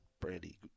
Brandy